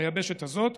ביבשת הזאת,